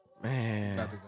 Man